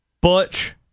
Butch